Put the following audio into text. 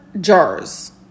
jars